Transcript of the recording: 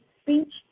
speech